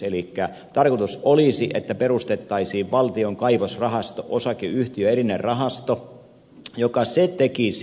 elikkä tarkoitus olisi että perustettaisiin valtion kaivosrahasto osakeyhtiö erillinen rahasto joka tekisi